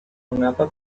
mengapa